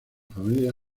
familia